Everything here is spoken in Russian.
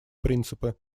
принципы